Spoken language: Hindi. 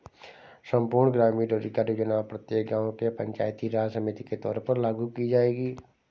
संपूर्ण ग्रामीण रोजगार योजना प्रत्येक गांव के पंचायती राज समिति के तौर पर लागू की जाएगी